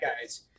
guys